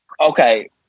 Okay